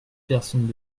personnes